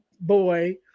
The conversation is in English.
boy